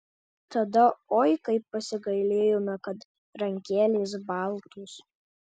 tada oi kaip pasigailėjome kad rankelės baltos